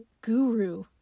guru